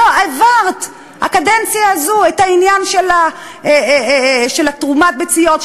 העברת בקדנציה הזאת את העניין של תרומת ביציות,